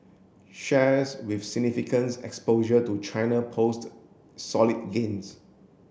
shares with significance exposure to China post solid gains